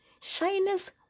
Shyness